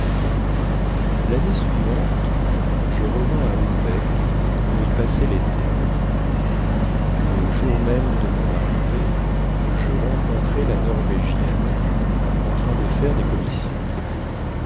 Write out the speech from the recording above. lannée suivante je revins à houlbec pour y passer lété le jour même de mon arrivée je rencontrais la norvégienne en train de faire des commissions